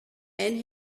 and